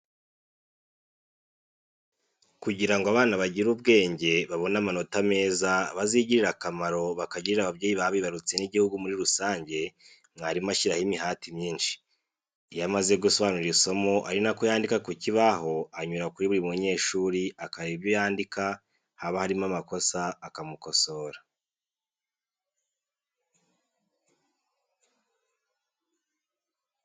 Kugira ngo abana bagire ubwenge, babone amanota meza, bazigirire akamaro, bakagirire ababyeyi babibarutse n'igihugu muri rusange, mwarimu ashyiraho imihati myinshi. Iyo amaze gusobanura isomo ari na ko yandika ku kibaho, anyura kuri buri munyeshuri akareba ibyo yandika, haba harimo amakosa akamukosora.